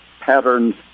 patterns